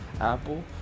Apple